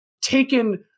taken